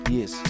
Yes